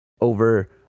over